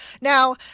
now